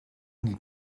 niet